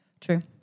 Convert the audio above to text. True